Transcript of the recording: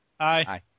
Hi